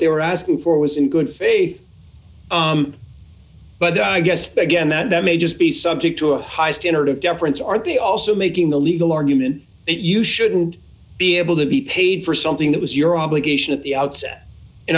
they were asking for was in good faith but i guess but again that may just be subject to a high standard of deference are they also making the legal argument that you shouldn't be able to be paid for something that was your obligation at the outset in